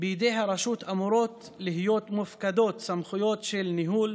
בידי הרשות אמורות להיות מופקדות סמכויות של ניהול,